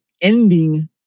ending